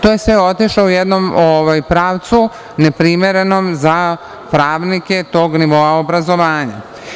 To je sve otišlo u jednom pravcu neprimerenom za pravnike tog nivoa obrazovanja.